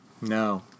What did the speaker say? No